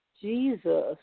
Jesus